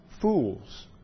fools